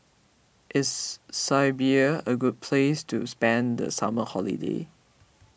is Serbia a great place to spend the summer holiday